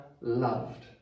loved